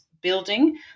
building